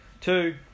Two